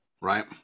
right